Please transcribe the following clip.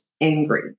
angry